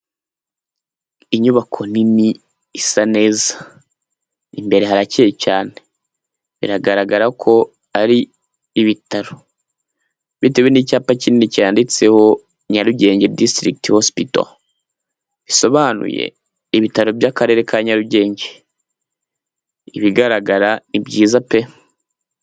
Inyubako nini isa neza imbere harakeye cyane biragaragara ko ari ibitaro bitewe n'icyapa kinini cyanditseho nyarugenge disrict hospital bisobanuye ibitaro by'akarere ka nyarugenge ibigaragara ni byiza pe.